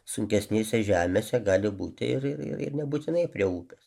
sunkesnėse žemėse gali būti ir ir ir nebūtinai prie upės